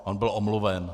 On byl omluven.